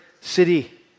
city